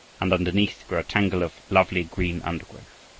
and underneath grew a tangle of lovely green undergrowth.